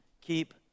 keep